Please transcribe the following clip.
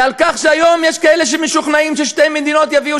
ועל כך שהיום יש כאלה שמשוכנעים ששתי מדינות יביאו